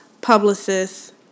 publicist